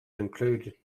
include